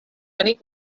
many